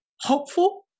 Hopeful